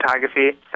Photography